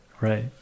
Right